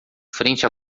frente